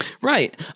Right